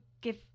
give